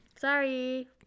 Sorry